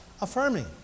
affirming